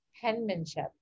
penmanship